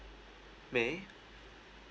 may